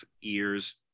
years